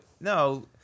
No